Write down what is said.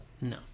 No